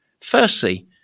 Firstly